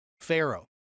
pharaoh